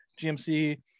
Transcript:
GMC